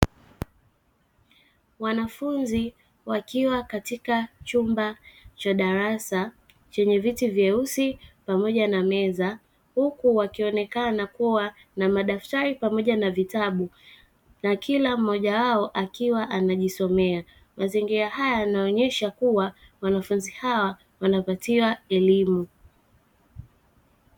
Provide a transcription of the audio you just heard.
Wanafunzi wakiwa katika chumba cha darasa chenye viti vyeusi pamoja na meza, huku wakionekana kuwa na madaftari pamoja na vitabu na kila mmoja wao akiwa anajisomea. Mazingira haya yanaonyesha kuwa wanafunzi hawa wanapatiwa elimu.